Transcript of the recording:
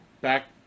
back